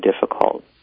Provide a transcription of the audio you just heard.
difficult